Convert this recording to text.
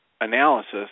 analysis